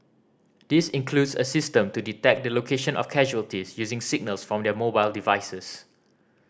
this includes a system to detect the location of casualties using signals from their mobile devices